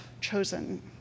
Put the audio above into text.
chosen